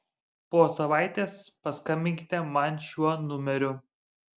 po savaitės paskambinkite man šiuo numeriu